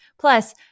Plus